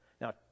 Now